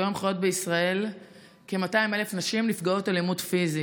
כיום חיות בישראל כ-200,000 נשים נפגעות אלימות פיזית.